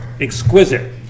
exquisite